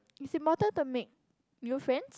it's important to make new friends